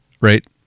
Right